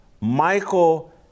Michael